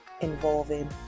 involving